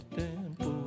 tempo